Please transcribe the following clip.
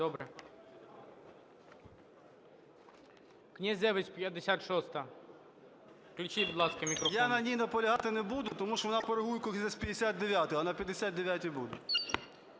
Я на ній наполягати не буду, тому що вона перегукується з 59-ю, а на 59-й - буду.